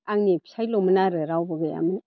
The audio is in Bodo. आंनि फिसायल'मोन आरो रावबो गैयामोन